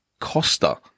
Costa